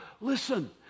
Listen